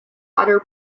other